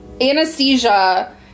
anesthesia